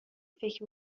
فکر